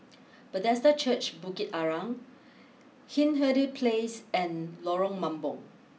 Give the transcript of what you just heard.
Bethesda Church Bukit Arang Hindhede place and Lorong Mambong